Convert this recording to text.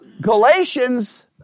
Galatians